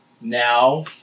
Now